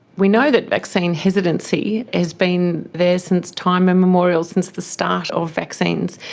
we know that vaccine hesitancy has been there since time immemorial, since the start of vaccines.